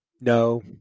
no